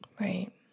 Right